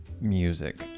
music